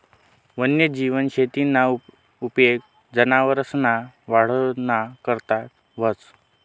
वन्यजीव शेतीना उपेग जनावरसना वाढना करता व्हस